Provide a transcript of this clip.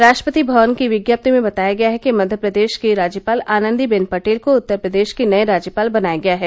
राष्ट्रपति भवन की विज्ञप्ति में बताया गया है कि मध्य प्रदेश की राज्यपाल आनंदी बेन पटेल को उत्तर प्रदेश की नई राज्यपाल बनाया गया है